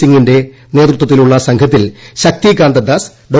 സിങ്ങിന്റെ നേതൃത്വത്തിലുള്ള സംഘത്തിൽ ശക്തികാന്തദാസ് ഡോ